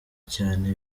cyane